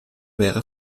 wäre